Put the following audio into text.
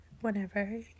whenever